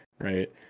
Right